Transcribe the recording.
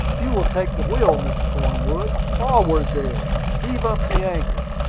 you will take the wheel, mr. cornwood. forward, there! heave up the anchor.